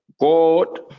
god